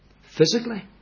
physically